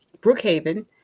Brookhaven